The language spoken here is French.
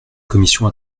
commission